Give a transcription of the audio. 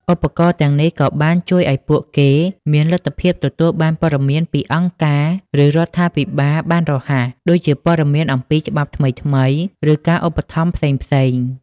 ឧបករណ៍ទាំងនេះក៏បានជួយឱ្យពួកគេមានលទ្ធភាពទទួលបានព័ត៌មានពីអង្គការ ឬរដ្ឋាភិបាលបានរហ័ស ដូចជាព័ត៌មានអំពីច្បាប់ថ្មីៗ ឬការឧបត្ថម្ភផ្សេងៗ។